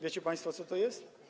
Wiecie państwo, co to jest?